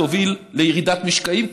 תוביל לירידת משקעים,